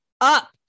up